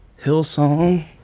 Hillsong